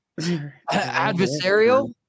Adversarial